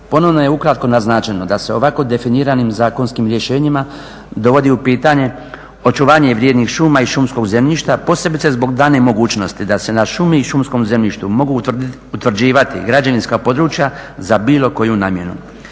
Ponovno je ukratko naznačeno da se ovako definiranim zakonskim rješenjima dovodi u pitanje očuvanje vrijednih šuma i šumskog zemljišta, posebice zbog dane mogućnosti da se na šumi i šumskom zemljištu mogu utvrđivati građevinska područja za bilo koju namjenu.